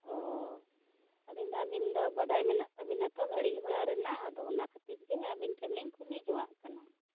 ᱚ ᱟᱫᱚᱧ ᱢᱮᱱᱫᱟ ᱟᱵᱤᱱᱫᱚ ᱵᱟᱰᱟᱭ ᱢᱮᱱᱟᱜ ᱛᱟ ᱵᱤᱱᱟ ᱛᱚ ᱜᱟᱹᱰᱤ ᱜᱷᱚᱲᱟ ᱨᱮᱱᱟᱜ ᱟᱫᱚ ᱚᱱᱟ ᱠᱷᱟ ᱛᱤᱨ ᱜᱮ ᱟ ᱵᱤᱱ ᱴᱷᱮᱱ ᱞᱤᱧ ᱠᱩᱞᱤ ᱡᱚᱝᱜᱟᱜ ᱠᱟᱱᱟ